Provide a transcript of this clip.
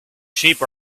sheep